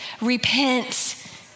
repent